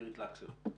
אירית לקסר,